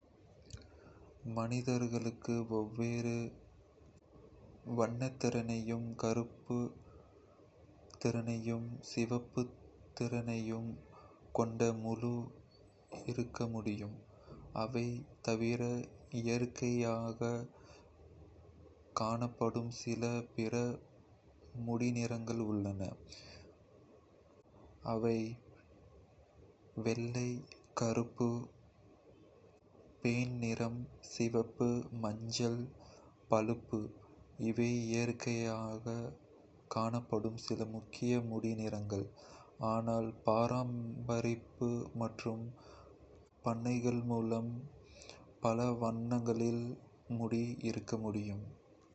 மனிதர்களுக்கு வெவ்வேறு வெண்ணிறத்தையும், கருப்பு நிறத்தையும், சிவப்பு நிறத்தையும் கொண்ட முடி இருக்க முடியும். அவை தவிர, இயற்கையாக காணப்படும் சில பிற முடி நிறங்கள் உள்ளன. சில பொதுவான முடி நிறங்கள் வெள்ளை கருப்பு பொன் நிறம் சிவப்பு மஞ்சள் பழுப்பு இவை இயற்கையாக காணப்படும் சில முக்கிய முடி நிறங்கள். ஆனால், பராமரிப்பு மற்றும் பண்ணைகள் மூலம் பல வண்ணங்களில் முடி இருக்க முடியும்.